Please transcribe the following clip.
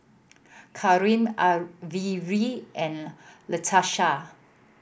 Karim Averi and Latesha